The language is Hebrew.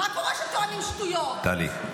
תודה רבה.